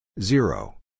zero